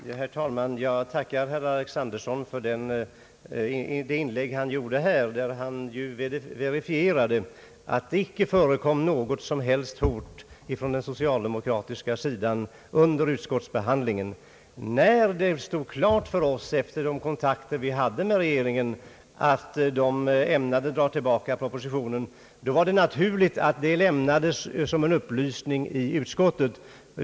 Herr talman! Jag tackar herr Alexanderson för hans inlägg, där han verifierade att det icke förekom något som helst hot från den socialdemokratiska sidan under utskottsbehandlingen. När det stod klart för oss, efter de kontakter vi hade med regeringen, att regeringen ämnade dra tillbaka propositionen, var det naturligt att meddelandet härom lämnades som en upplysning i utskottet.